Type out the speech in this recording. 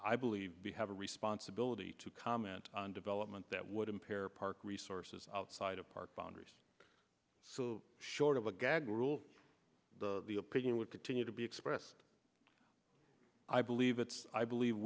i believe we have a responsibility to comment on development that would impair park resources outside of park boundaries so short of a gag rule the opinion would continue to be expressed i believe it's i believe